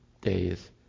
days